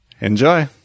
Enjoy